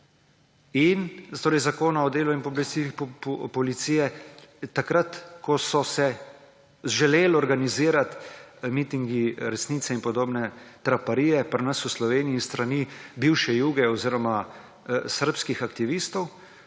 9. člen Zakona o delu in pooblastilih policije, ko so se želeli organizirati mitingi resnice in podobne traparije pri nas v Sloveniji s strani bivše Juge oziroma srbskih aktivistov.